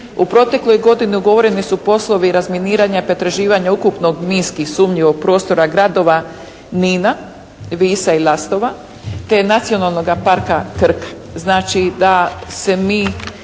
U protekloj godini ugovoreni su poslovi razminiranja, pretraživanja ukupnog minski sumnjivog prostora gradova Nina, Visa i Lastova, te Nacionalnoga parka "Krk". Znači, da se mi